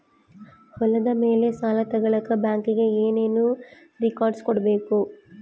ಹೊಲದ ಮೇಲೆ ಸಾಲ ತಗಳಕ ಬ್ಯಾಂಕಿಗೆ ಏನು ಏನು ರೆಕಾರ್ಡ್ಸ್ ಕೊಡಬೇಕು?